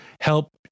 help